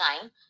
time